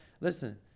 listen